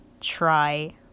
try